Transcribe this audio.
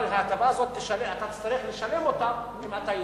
אבל את ההטבה הזאת תצטרך לשלם אם אתה יוצא.